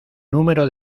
número